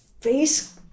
face